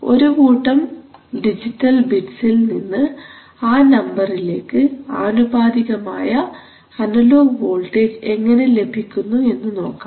ഒരു കൂട്ടം ഡിജിറ്റൽ ബിറ്റ്സിൽ നിന്ന് ആ നമ്പറിന് ആനുപാതികമായ അനലോഗ് വോൾട്ടേജ് എങ്ങനെ ലഭിക്കുന്നു എന്ന് നോക്കാം